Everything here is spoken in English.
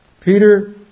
Peter